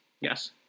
Yes